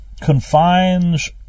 confines